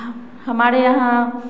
हाँ हमारे यहाँ